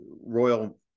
Royal